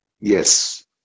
Yes